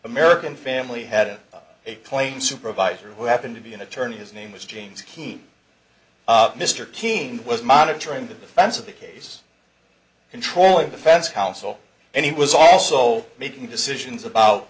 american family had a plane supervisor who happened to be an attorney his name was james kean mr keene was monitoring the defense of the case controlling defense counsel and he was also making decisions about